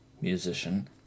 musician